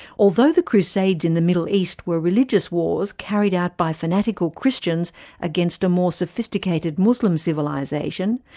although the crusades in the middle east were religious wars carried out by fanatical christians against a more sophisticated muslim civilisation,